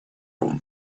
own